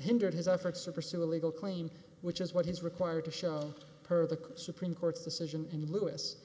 hindered his efforts to pursue a legal claim which is what is required to show per the supreme court's decision and lewis